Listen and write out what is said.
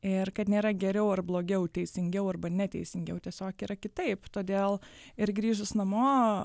ir kad nėra geriau ar blogiau teisingiau arba neteisingiau tiesiog yra kitaip todėl ir grįžus namo